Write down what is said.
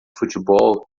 futebol